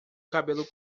cabelo